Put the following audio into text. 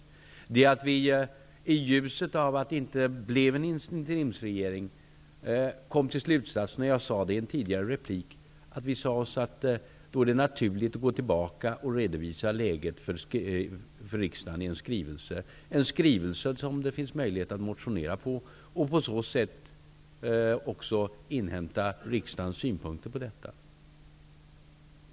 Skälet är att vi, som jag sade i en tidigare replik, i ljuset av att det inte blev en interrimsregering kom till slutsatsen att det var naturligt att gå tillbaka och redovisa läget för riksdagen i en skrivelse -- som det finns möjlighet att motionera på -- och på så sätt inhämta riksdagens synpunkter på detta.